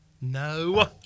no